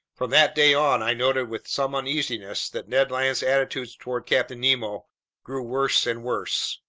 from that day on, i noted with some uneasiness that ned land's attitudes toward captain nemo grew worse and worse,